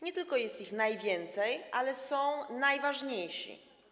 Nie tylko jest ich najwięcej, ale są też najważniejsi.